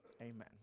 amen